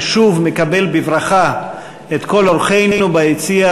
אני שוב מקבל בברכה את כל אורחינו ביציע